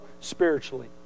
spiritually